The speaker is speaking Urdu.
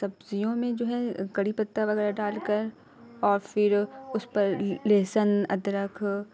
سبزیوں میں جو ہے کڑی پتہ وغیرہ ڈال کر اور پھر اس پر لہسن ادرک